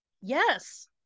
Yes